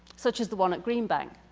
such as the one at greenbank.